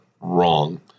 wrong